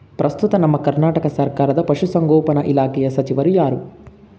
ಪ್ರಸ್ತುತ ನಮ್ಮ ಕರ್ನಾಟಕ ಸರ್ಕಾರದ ಪಶು ಸಂಗೋಪನಾ ಇಲಾಖೆಯ ಸಚಿವರು ಯಾರು?